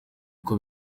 uko